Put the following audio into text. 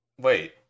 wait